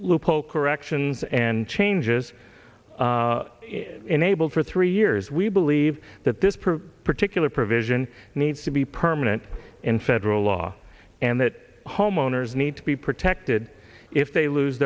loophole corrections and changes enable for three years we believe that this per particular provision needs to be permanent in federal law and that homeowners need to be protected if they lose